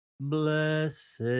blessed